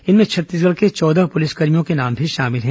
इनमें छत्तीसगढ़ के चौदह पुलिसकर्भियों के नाम भी शामिल हैं